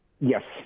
Yes